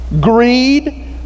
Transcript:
greed